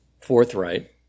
forthright